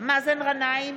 אריה מכלוף דרעי,